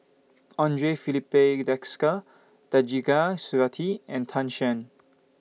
Andre Filipe Desker Khatijah Surattee and Tan Shen